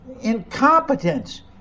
incompetence